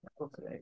Okay